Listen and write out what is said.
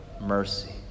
mercy